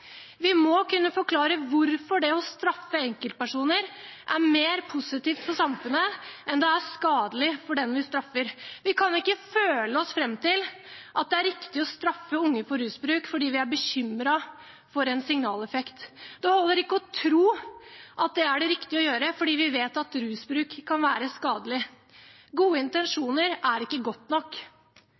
Vi må kunne forklare hvorfor det å straffe enkeltpersoner er mer positivt for samfunnet enn det er skadelig for den vi straffer. Vi kan ikke føle oss fram til at det er riktig å straffe unge for rusbruk fordi vi er bekymret for en signaleffekt. Det holder ikke å tro at det er det riktige å gjøre fordi vet at rusbruk kan være skadelig. Gode intensjoner er ikke godt nok.